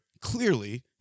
clearly